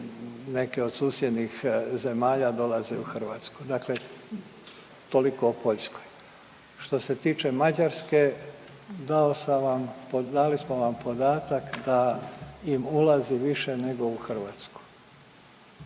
neke od susjednih zemalja dolaze u Hrvatsku. Dakle toliko o Poljskoj. Što se tiče Mađarske dao sam vam, dali smo vam podatak da im ulazi više nego u Hrvatsku.